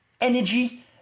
energy